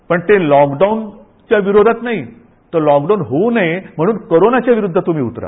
पण ते लॉकडाऊनच्या विरोधात नाही तर लॉकडाऊन होऊ नये म्हणून कोरोनाच्या विरोधात उतरा